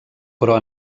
però